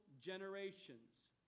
generations